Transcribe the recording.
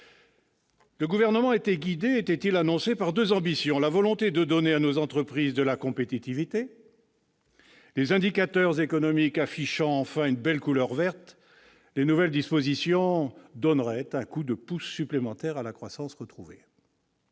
Le Gouvernement était guidé, était-il annoncé, par deux ambitions. La première était de donner à nos entreprises de la compétitivité. Les indicateurs économiques affichant enfin une belle couleur verte, les nouvelles dispositions donneraient un coup de pouce supplémentaire à la croissance retrouvée.